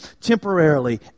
temporarily